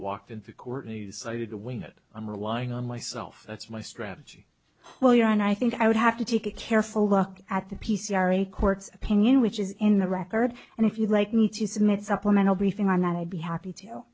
walked into court and he decided to wing it i'm relying on myself that's my strategy while you're on i think i would have to take a careful look at the p c r a court's opinion which is in the record and if you'd like me to submit supplemental briefing on that i'd be happy t